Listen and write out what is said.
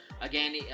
Again